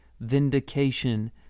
vindication